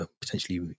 Potentially